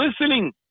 listening